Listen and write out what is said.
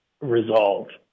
resolved